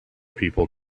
people